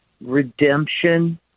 redemption